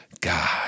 God